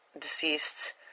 deceased